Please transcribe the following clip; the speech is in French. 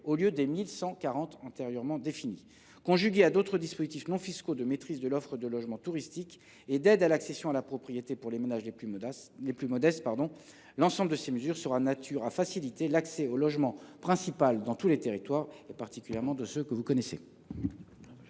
au lieu des 1 140 antérieurement définies. Conjuguées à d’autres dispositifs non fiscaux de maîtrise de l’offre de logements touristiques et d’aide à l’accession à la propriété pour les ménages les plus modestes, l’ensemble de ces mesures seront de nature à faciliter l’accès au logement principal dans tous les territoires, en particulier dans ceux que vous connaissez.